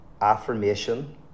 affirmation